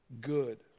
good